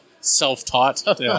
Self-taught